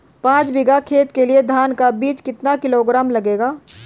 पाँच बीघा खेत के लिये धान का बीज कितना किलोग्राम लगेगा?